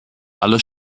alles